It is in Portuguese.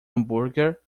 hambúrguer